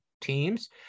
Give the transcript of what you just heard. teams